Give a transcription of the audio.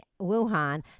Wuhan